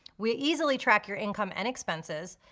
we easily track your income and expenses,